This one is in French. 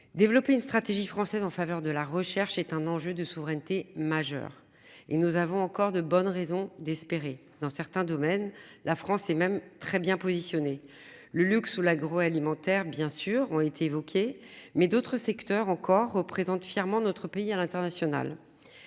Développer une stratégie française en faveur de la recherche est un enjeu de souveraineté majeur et nous avons encore de bonnes raisons d'espérer dans certains domaines. La France, c'est même très bien positionnée le luxe ou l'agroalimentaire bien sûr ont été évoqués. Mais d'autres secteurs encore représente fièrement notre pays à l'international.